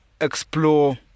explore